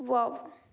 wow